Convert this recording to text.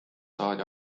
saadi